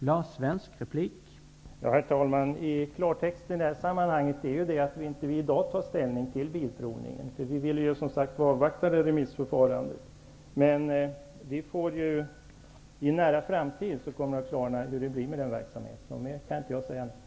Herr talman! Klartext i detta sammanhang är att vi i dag inte vill ta ställning till Svensk Bilprovning. Vi vill avvakta remissförfarandet. Men i en nära framtid kommer det att klarna hur det blir med verksamheten. Mer kan jag inte säga nu.